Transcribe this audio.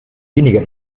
weniger